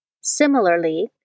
Similarly